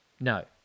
No